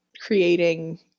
creating